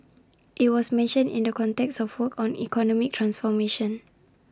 IT was mentioned in the context of work on economic transformation